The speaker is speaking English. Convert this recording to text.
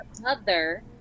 mother